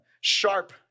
sharp